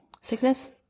Sickness